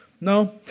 No